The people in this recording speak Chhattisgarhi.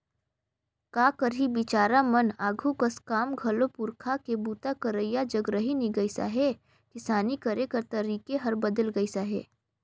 का करही बिचारा मन आघु कस काम घलो पूरखा के बूता करइया जग रहि नी गइस अहे, किसानी करे कर तरीके हर बदेल गइस अहे